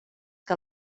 que